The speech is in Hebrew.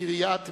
"קריית מלך",